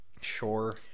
Sure